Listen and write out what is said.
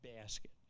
basket